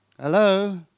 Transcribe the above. Hello